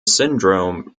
syndrome